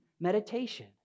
meditation